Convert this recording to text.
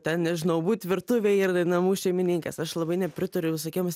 ten nežinau būt virtuvėj ir namų šeimininkės aš labai nepritariu visokiems